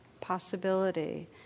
possibility